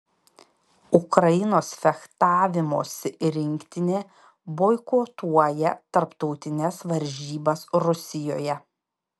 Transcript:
ukrainos fechtavimosi rinktinė boikotuoja tarptautines varžybas rusijoje